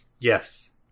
yes